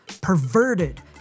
perverted